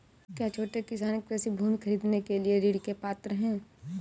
क्या छोटे किसान कृषि भूमि खरीदने के लिए ऋण के पात्र हैं?